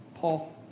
Paul